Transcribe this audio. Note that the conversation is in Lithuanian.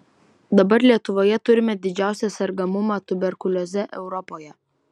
dabar lietuvoje turime didžiausią sergamumą tuberkulioze europoje